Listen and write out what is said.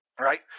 right